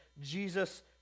Jesus